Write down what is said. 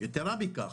יתרה מכך,